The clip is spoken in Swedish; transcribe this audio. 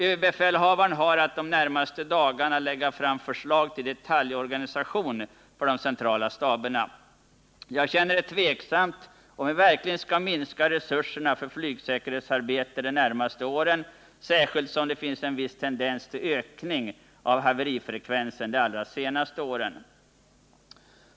ÖB har att de närmaste dagarna lägga fram förslag till detaljorganisation för de centrala staberna. Jag känner det tveksamt om vi verkligen skall minska resurserna för flygsäkerhetsarbete de närmaste åren, särskilt som det finns en viss tendens till ökning av haverifrekvensen de allra senaste åren.